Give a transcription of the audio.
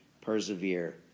persevere